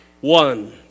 one